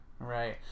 Right